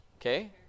Okay